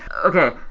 okay.